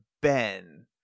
Ben